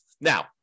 Now